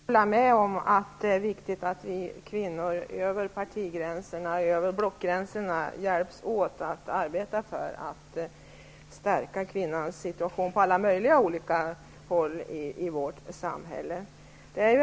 Herr talman! Jag kan hålla med om att det är viktigt att vi kvinnor över parti och blockgränserna hjälps åt att arbeta för att stärka kvinnans situation på alla möjliga områden i vårt samhälle.